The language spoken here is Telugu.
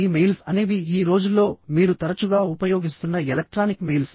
ఈ మెయిల్స్ అనేవి ఈ రోజుల్లో మీరు తరచుగా ఉపయోగిస్తున్న ఎలక్ట్రానిక్ మెయిల్స్